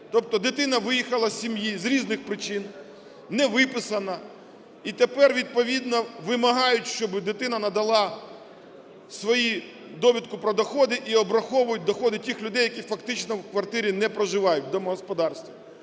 Тобто дитина виїхала з сім'ї з різних причин, не виписана, і тепер відповідно вимагають, щоб дитина надала свою довідку про доходи, і обраховують доходи тих людей, які фактично в квартирі не проживають в домогосподарстві.